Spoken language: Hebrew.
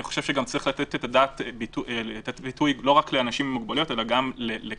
אני חושב שיש לתת ביטוי לא רק לאנשים עם מוגבלויות אלא גם לקטינים,